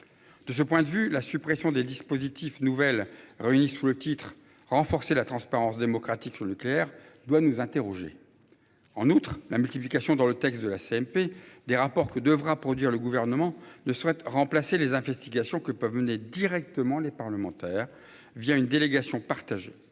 De ce point de vue la suppression des dispositifs nouvelles réunies sous le titre renforcer la transparence démocratique sur le nucléaire doit nous interroger. En outre la multiplication dans le texte de la CMP des rapports que devra produire le gouvernement ne souhaite remplacer les investigations que peuvent mener directement les parlementaires via une délégation.